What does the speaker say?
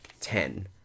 ten